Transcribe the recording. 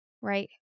right